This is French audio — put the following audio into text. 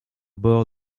bord